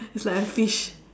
it's like a fish